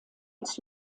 als